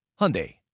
Hyundai